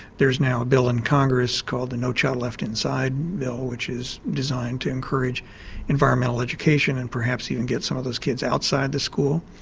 there's now a bill in congress called the no child left inside bill which is designed to encouraged environmental education and perhaps even get some of those kids outside the school.